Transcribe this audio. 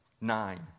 Nine